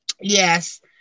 Yes